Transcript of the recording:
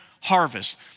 harvest